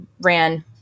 ran